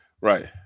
Right